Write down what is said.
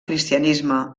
cristianisme